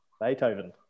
Beethoven